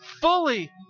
fully